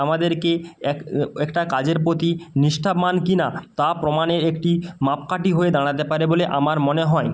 আমাদেরকে এক একটা কাজের প্রতি নিষ্ঠাবান কি না তা প্রমাণের একটি মাপকাঠি হয়ে দাঁড়াতে পারে বলে আমার মনে হয়